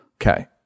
Okay